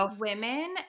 Women